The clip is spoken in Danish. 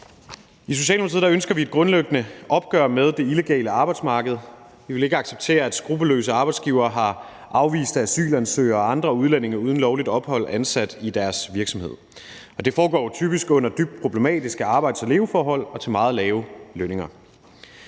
I Socialdemokratiet ønsker vi et grundlæggende opgør med det illegale arbejdsmarked. Vi vil ikke acceptere, at skruppelløse arbejdsgivere har afviste asylansøgere og andre udlændinge uden lovligt ophold ansat i deres virksomhed, og det foregår jo typisk under dybt problematiske arbejds- og leveforhold og til meget lave lønninger.